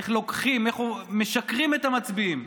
איך לוקחים, איך משקרים למצביעים.